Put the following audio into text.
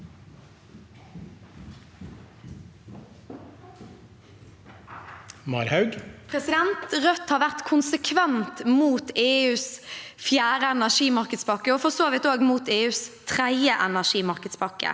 Rødt har vært konse- kvent imot EUs fjerde energimarkedspakke og for så vidt også imot EUs tredje energimarkedspakke.